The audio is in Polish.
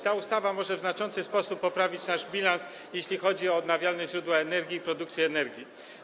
Ta ustawa może w znaczący sposób poprawić nasz bilans, jeśli chodzi o odnawialne źródła energii i produkcję energii.